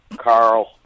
Carl